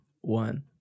one